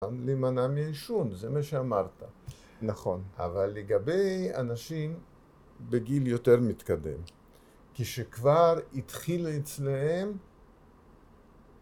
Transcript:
להמנע מעישון, זה מה שאמרת, נכון, אבל לגבי אנשים בגיל יותר מתקדם, כשכבר התחילה אצלהם